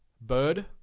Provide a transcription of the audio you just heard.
bird